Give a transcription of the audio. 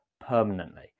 permanently